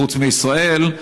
חוץ מישראל.